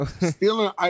Stealing